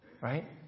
Right